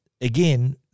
again